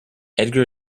edgar